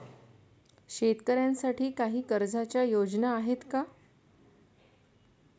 शेतकऱ्यांसाठी काही कर्जाच्या योजना आहेत का?